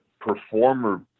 performer